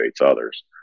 others